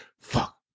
fuck